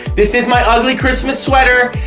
this is my ugly christmas sweater,